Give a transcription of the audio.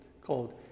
called